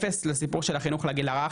אפס לסיפור של החינוך לגיל הרך,